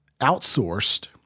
outsourced